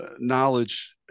knowledge